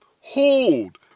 hold